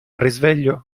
risveglio